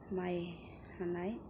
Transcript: माइ हानाय